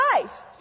life